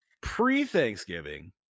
pre-Thanksgiving